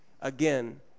Again